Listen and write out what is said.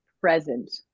present